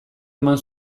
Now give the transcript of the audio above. eman